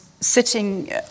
sitting